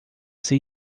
ser